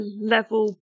level